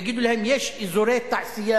יגידו להם: יש אזורי תעשייה,